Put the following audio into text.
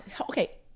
Okay